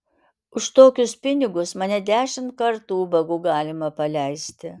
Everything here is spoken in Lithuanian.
už tokius pinigus mane dešimt kartų ubagu galima paleisti